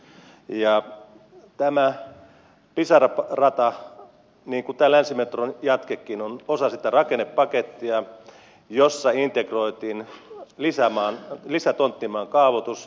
tämä pisara rata niin kuin tämä länsimetron jatkekin on osa sitä rakennepakettia jossa integroitiin lisätonttimaan kaavoitus